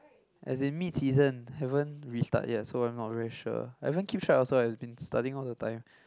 as in mid season haven't restart yet so I'm not very sure I haven't keep track also I've been studying all the time